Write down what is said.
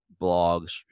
blogs